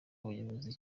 ubuyobozi